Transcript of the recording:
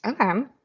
Okay